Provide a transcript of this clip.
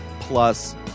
Plus